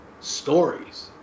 stories